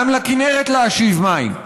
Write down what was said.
גם לכינרת להשיב מים,